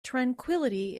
tranquillity